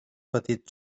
petit